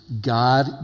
God